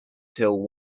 till